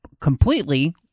completely